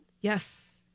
Yes